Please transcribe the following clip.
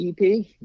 EP